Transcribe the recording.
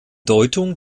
deutung